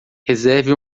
reserve